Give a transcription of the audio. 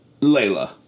Layla